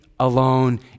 Alone